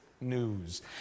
news